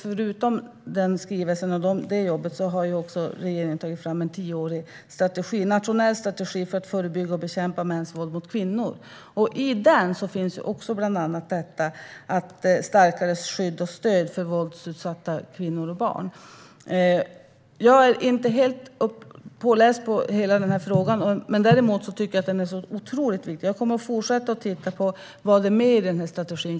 Förutom skrivelsen har regeringen tagit fram en tioårig nationell strategi för att förebygga och bekämpa mäns våld mot kvinnor. Den innehåller bland annat starkare skydd och stöd för våldsutsatta kvinnor och barn. Jag är inte helt påläst på hela denna fråga, men jag tycker att den är otroligt viktig. Jag kommer att fortsätta att titta på vad som finns med i den här strategin.